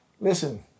Listen